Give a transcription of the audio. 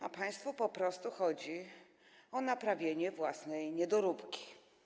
A państwu po prostu chodzi o naprawienie własnej niedoróbki.